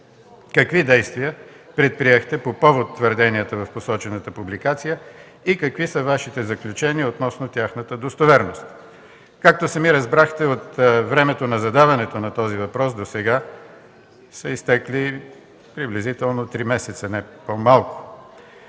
какви действия предприехте по повод твърденията в посочената публикация и какви са Вашите заключения относно тяхната достоверност? Както сам разбрахте, от времето на задаването на този въпрос досега са изтекли приблизително 3 месеца – не по-малко.